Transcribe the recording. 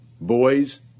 boys